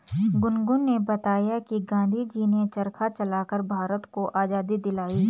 गुनगुन ने बताया कि गांधी जी ने चरखा चलाकर भारत को आजादी दिलाई